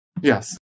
Yes